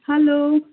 hello